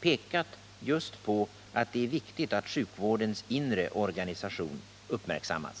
pekat just på att det är viktigt att sjukvårdens inre organisation uppmärksammas.